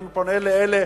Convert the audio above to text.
אני פונה לאלה,